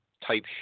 Type